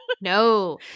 No